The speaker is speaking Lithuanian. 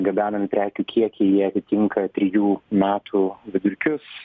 gabenami prekių kiekiai atitinka trijų metų vidurkius